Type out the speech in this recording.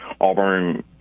Auburn